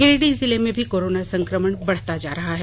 गिरिडीह जिले में भी कोरोना संक्रमण बढ़ता जा रहा है